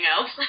else